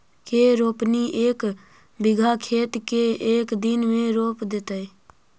के रोपनी एक बिघा खेत के एक दिन में रोप देतै?